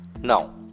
now